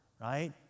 Right